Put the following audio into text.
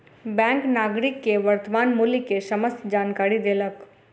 bank नागरिक के वर्त्तमान मूल्य के समस्त जानकारी देलक